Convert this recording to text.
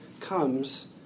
comes